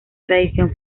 tradición